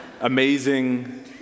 amazing